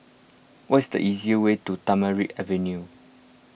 what is the easiest way to Tamarind Avenue